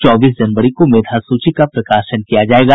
चौबीस जनवरी को मेधा सूची का प्रकाशन किया जायेगा